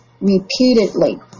repeatedly